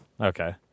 Okay